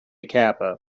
kappa